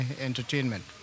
entertainment